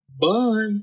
bye